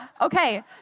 Okay